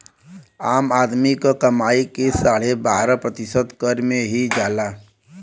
आम आदमी क कमाई क साढ़े बारह प्रतिशत कर में ही जाला